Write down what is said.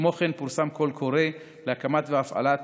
כמו כן, פורסם קול קורא להקמת והפעלת